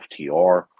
FTR